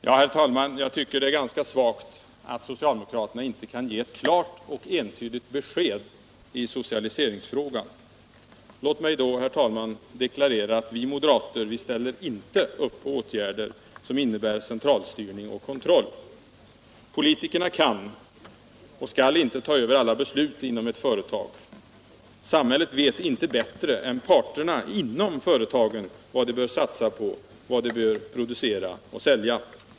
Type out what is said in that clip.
Herr talman! Jag tycker att det är ganska svagt att socialdemokraterna inte kan ge ett klart och entydigt besked i socialiseringsfrågan. Låt mig då, herr talman, deklarera att vi moderater inte ställer upp på åtgärder som innebär centralstyrning och kontroll. Politikerna kan inte och skall inte ta över alla beslut inom ett företag. Samhället vet inte bättre än parterna inom företagen vad de bör satsa på, producera och sälja.